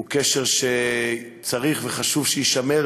הוא קשר שצריך וחשוב שיישמר,